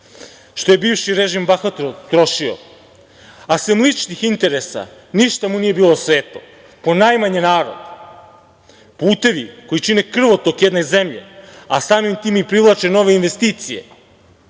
što je bivši režim bahato trošio, a sem ličnih interesa ništa mu nije bilo sveto, ponajmanje narod, putevi koji čine krvotok jedne zemlje, a samim tim privlače i nove investicije,